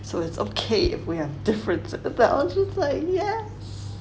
so it's okay we have difference but only slightly yea